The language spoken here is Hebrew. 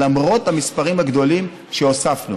למרות המספרים הגדולים שהוספנו.